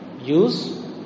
Use